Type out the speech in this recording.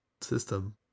system